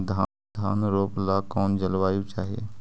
धान रोप ला कौन जलवायु चाही?